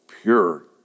pure